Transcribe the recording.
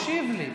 תקשיב לי.